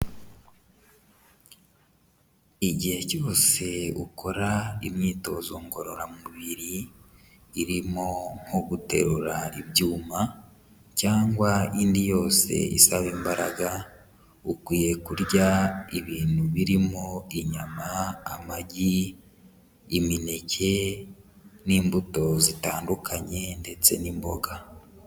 Igihe cyose ukora imyitozo ngororamubiri irimo nko guterura ibyuma cyangwa indi yose isaba imbaraga, ukwiye kurya ibintu birimo inyama, amagi, imineke n'imbuto zitandukanye ndetse n'imboga.